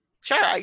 Sure